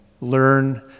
learn